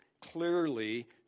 clearly